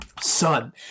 Son